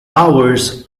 hours